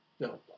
No